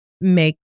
make